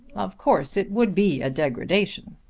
of course it would be a degradation.